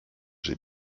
j’ai